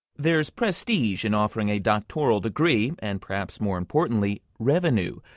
there's prestige in offering a doctoral degree and perhaps more importantly revenue.